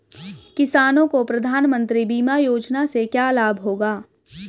किसानों को प्रधानमंत्री बीमा योजना से क्या लाभ होगा?